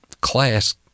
class